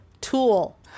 tool